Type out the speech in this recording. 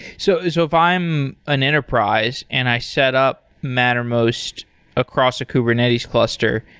so if so if i'm an enterprise and i set up mattermost across a kubernetes cluster,